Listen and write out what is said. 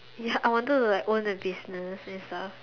ya I wanted to like own a business and stuff